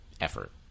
Effort